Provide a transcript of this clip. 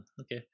okay